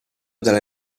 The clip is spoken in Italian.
dalla